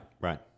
Right